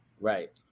Right